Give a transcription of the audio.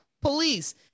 police